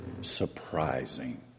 surprising